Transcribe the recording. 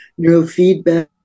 neurofeedback